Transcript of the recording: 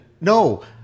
No